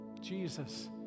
Jesus